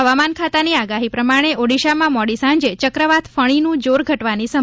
હવામાન ખાતાની આગાહી પ્રમાણે ઓડીશામાં મોડીસાંજે ચક્રવાત ફણીનું જોર ઘટવાની સંભાવના છે